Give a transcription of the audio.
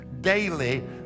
daily